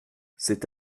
cet